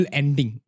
ending